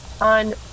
On